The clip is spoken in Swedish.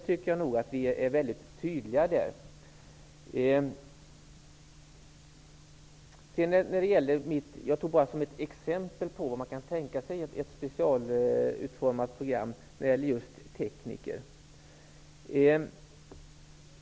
På den punkten är vi mycket tydliga. Som exempel på vad man kan tänka sig som specialutformat program nämnde jag tekniker.